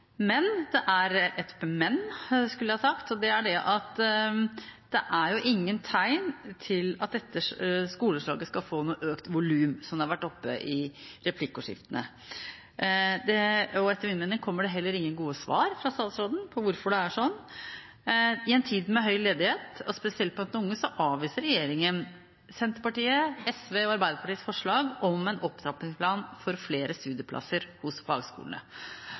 Men – det er et men, skulle jeg ha sagt, og det er at det er ingen tegn til at dette skoleslaget skal få noe økt volum, som har vært oppe i replikkordskiftet. Etter min mening kommer det heller ingen gode svar fra statsråden på hvorfor det er sånn. I en tid med høy ledighet og spesielt blant de unge avviser regjeringen Senterpartiets, SVs og Arbeiderpartiets forslag om en opptrappingsplan for flere studieplasser ved fagskolene.